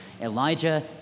Elijah